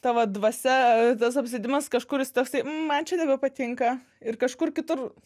tavo dvasia tas apsėdimas kažkur jis toksai man čia nebepatinka ir kažkur kitur